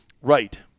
Right